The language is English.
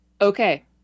Okay